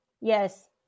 Yes